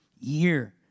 year